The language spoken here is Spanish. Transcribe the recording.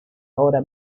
ahora